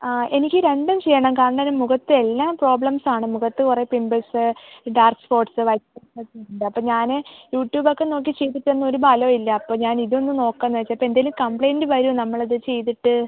ആ എനിക്ക് രണ്ടും ചെയ്യണം കണ്ണിനും മുഖത്തും എല്ലാം പ്രോബ്ലെംസ് ആണ് മുഖത്ത് കുറേ pimples dark spots white spots ഉണ്ട് അപ്പോള് ഞാന് യൂട്യൂബ് ഒക്കെ നോക്കി ചെയ്തിട്ടൊന്നും ഒരു ഫലവുമില്ല അപ്പോള് ഞാന് ഇതൊന്ന് നോക്കാമെന്നുവെച്ചു അപ്പോള് എന്തേലും കംപ്ലയിൻറ്റ് വരുമോ നമ്മൾ ഇത് ചെയ്തിട്ട്